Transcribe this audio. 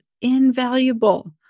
invaluable